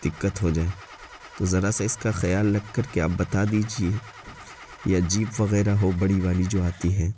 دقت ہو جائے تو ذرا سا اس کا خیال رکھ کر کے آپ بتا دیجیے یا جیپ وغیرہ ہو بڑی والی جو آتی ہے